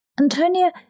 Antonia